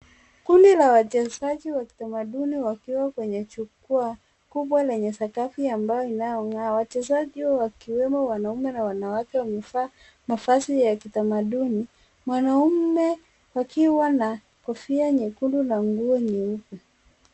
Kundi la wachezaji wa kitamaduni wakiwa kwenye jukua kubwa lenye sakafu ambayo inayong'aa. Wachezaji wakiwemo wanaume na wanawake wamevaa mavazi ya kitamaduni mwanamume akiwa na kofia nyekundu na nguo nyeupe.